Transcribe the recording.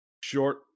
short